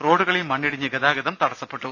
റോഡുകളിൽ മണ്ണിടിഞ്ഞ് ഗതാഗതം തടസ്സപ്പെട്ടു